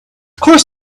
course